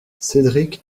cédric